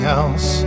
else